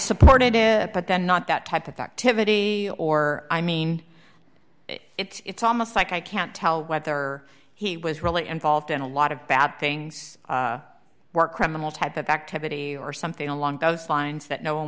supported him but then not that type of activity or i mean it's almost like i can't tell whether he was really involved in a lot of bad things were criminal type of activity or something along those lines that no one